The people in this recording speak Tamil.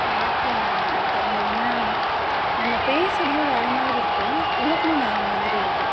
வாக்கியம் வேறு எனக்கு தெரிஞ்சு ஏன்னால் நம்ம பேசுகிறது வேறு மாதிரி இருக்கும் இலக்கணம் வேறு மாதிரி இருக்கும்